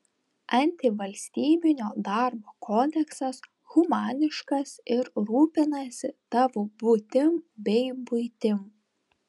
antivalstybinio darbo kodeksas humaniškas ir rūpinasi tavo būtim bei buitim